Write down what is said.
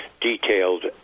detailed